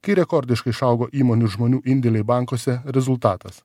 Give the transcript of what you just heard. kai rekordiškai išaugo įmonių žmonių indėliai bankuose rezultatas